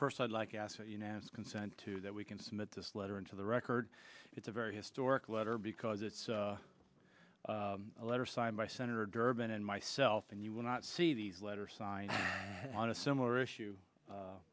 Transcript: first i'd like to ask you now as consent to that we can submit this letter into the record it's a very historic letter because it's a letter signed by senator durbin and myself and you will not see these letters signed on a similar issue